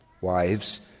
Wives